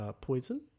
poison